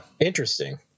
Interesting